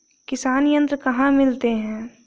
किसान यंत्र कहाँ मिलते हैं?